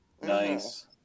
nice